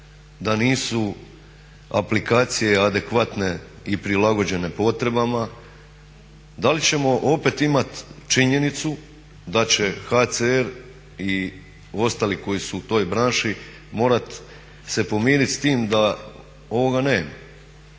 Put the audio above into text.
da nisu aplikacije adekvatne i prilagođene potrebama, da li ćemo opet imat činjenicu da će HCR i ostali koji su u toj branši morat se pomirit s tim da ovoga nema